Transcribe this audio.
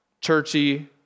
churchy